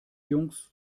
jungs